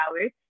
hours